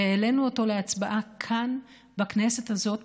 והעלינו אותו להצבעה כאן בכנסת הזאת,